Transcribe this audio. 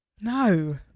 no